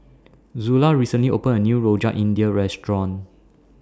Zula recently opened A New Rojak India Restaurant